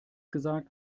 gesagt